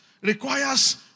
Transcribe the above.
requires